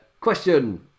Question